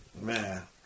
Man